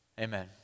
Amen